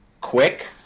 quick